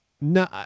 No